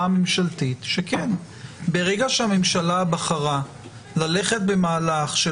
הממשלתית שברגע שהממשלה בחרה ללכת במהלך של